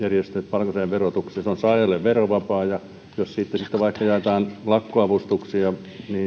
palkansaajan verotuksessa ovat saajalle verovapaata ja jos siitä sitten vaikka jaetaan lakkoavustuksia niin se